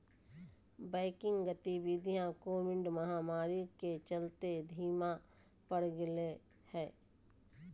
banking गतिवीधियां Covid महामारी के चलते धीमा पड़ गेले हें